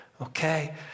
okay